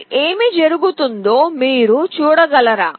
ఇప్పుడు ఏమి జరుగుతుందో మీరు చూడగలరా